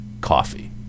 coffee